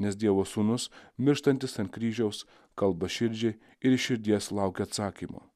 nes dievo sūnus mirštantis ant kryžiaus kalba širdžiai ir iš širdies laukia atsakymo